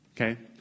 Okay